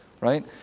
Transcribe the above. right